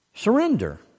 Surrender